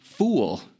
fool